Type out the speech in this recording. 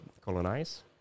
colonize